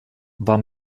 war